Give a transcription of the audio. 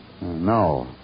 No